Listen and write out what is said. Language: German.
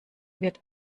wird